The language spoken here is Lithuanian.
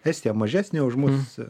estija mažesnė už mums